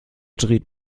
dreht